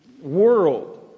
world